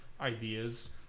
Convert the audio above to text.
ideas